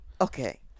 Okay